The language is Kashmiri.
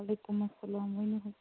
وعلیکُم اسلام ؤنِو حظ